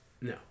No